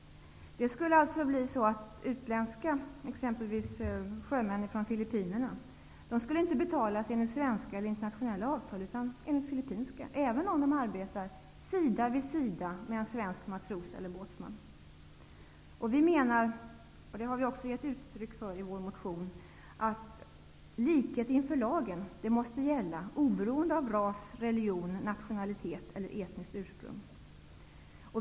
Utländsk arbetskraft, exempelvis sjömän från Filippinerna, skulle i så fall inte betalas enligt svenska eller internationella avtal utan enligt filippinska, även om de arbetar sida vida sida med en svensk matros eller båtsman. Vi menar, och det har vi också gett uttryck för i vår motion, att likhet inför lagen måste gälla oberoende av ras, religion, nationalitet eller etniskt ursprung.